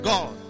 God